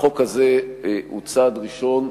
החוק הזה הוא צעד ראשון,